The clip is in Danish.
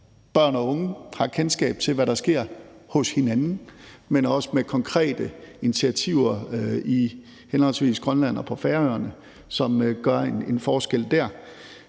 børn og unge har kendskab til, hvad der sker hos hinanden, men også med konkrete initiativer i henholdsvis Grønland og på Færøerne, som gør en forskel der